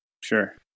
Sure